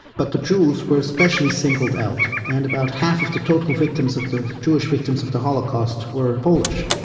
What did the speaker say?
but the jews were especially singled out, and about half of the total victims of the jewish victims of the holocaust were polish.